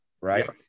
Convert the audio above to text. right